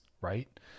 right